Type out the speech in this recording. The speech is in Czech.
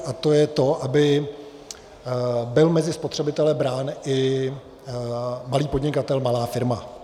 A to je to, aby byl mezi spotřebitele brán i malý podnikatel, malá firma.